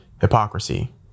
hypocrisy